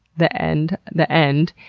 the end. the end.